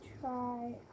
try